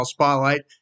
Spotlight